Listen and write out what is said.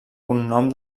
cognom